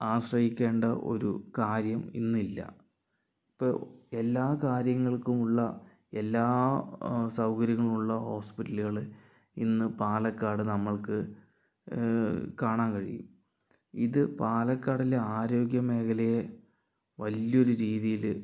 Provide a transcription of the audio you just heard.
ആശ്രയിക്കേണ്ട ഒരു കാര്യം ഇന്നില്ല ഇപ്പോൾ എല്ലാ കാര്യങ്ങൾക്കുമുള്ള എല്ലാ സൗകര്യങ്ങളുമുള്ള ഹോസ്പിറ്റലുകൾ ഇന്ന് പാലക്കാട് നമ്മൾക്ക് കാണാൻ കഴിയും ഇത് പാലക്കാടിലെ ആരോഗ്യ മേഖലയെ വലിയൊരു രീതിയിൽ